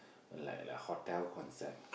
like like hotel concept